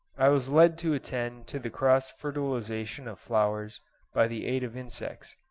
i was led to attend to the cross-fertilisation of flowers by the aid of insects,